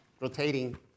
rotating